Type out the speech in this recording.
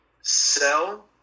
sell